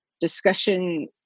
discussion